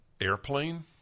Airplane